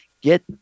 get